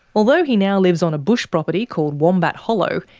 although he now lives on a bush property called wombat hollow,